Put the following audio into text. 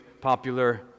popular